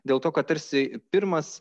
dėl to kad tarsi pirmas